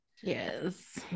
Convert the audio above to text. yes